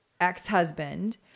ex-husband